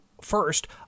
first